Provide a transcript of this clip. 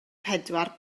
pedwar